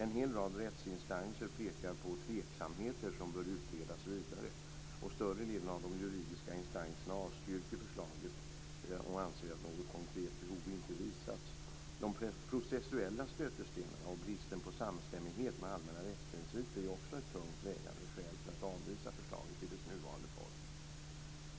En hel rad rättsinstanser pekar på tveksamheter som bör utredas vidare. Större delen av de juridiska instanserna avstyrker förslaget och anser att något konkret behov inte visats. De processuella stötestenarna och bristen på samstämmighet med allmänna rättsprinciper är också ett tungt vägande skäl för att avvisa förslaget i dess nuvarande form.